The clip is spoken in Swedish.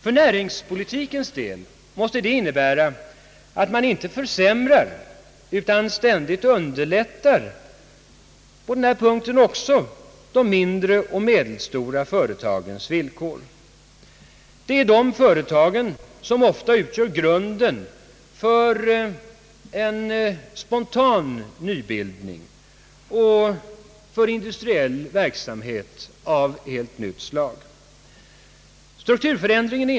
För näringspolitikens del måste detta innebära, att man på denna punkt inte försämrar utan ständigt underlättar också de mindre och medelstora företagens villkor. Det är dessa företag som ofta utgör grunden för spontan nybildning och för industriell verksamhet av helt nytt slag.